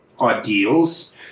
ideals